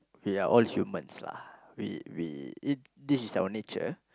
we are all humans lah we we it this is our only cheer